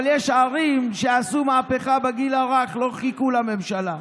אבל יש ערים שעשו מהפכה בגיל הרך, לא חיכו לממשלה,